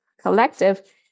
collective